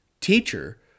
Teacher